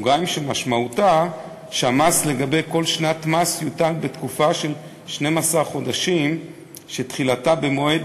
שמשמעותה שהמס לגבי כל שנת מס יוטל בתקופה של 12 חודשים שתחילתה במועד